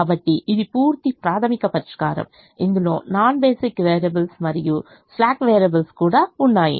కాబట్టి ఇది పూర్తి ప్రాధమిక పరిష్కారం ఇందులో నాన్ బేసిక్ వేరియబుల్స్ మరియు స్లాక్ వేరియబుల్స్ కూడా ఉన్నాయి